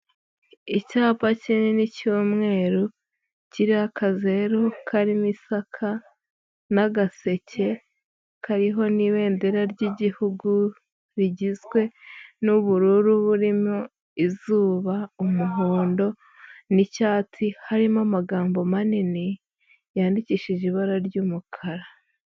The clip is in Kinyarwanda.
Icyapa kinini cy'umweru, kiriho akazeru karimo isaka n'agaseke kariho n'ibendera ry'igihugu, rigizwe n'ubururu burimo izuba, umuhondo n'icyatsi, harimo amagambo manini yandikishije ibara ry'umukara.